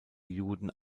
juden